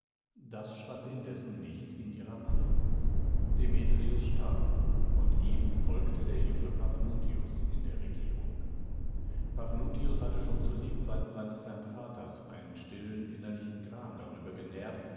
das stand indessen nicht in ihrer macht demetrius starb und ihm folgte der junge paphnutius in der regierung paphnutius hatte schon zu lebzeiten seines herrn vaters einen stillen innerlichen gram darüber genährt